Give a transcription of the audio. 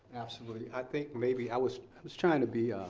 absolutely. i think maybe i was i was trying to be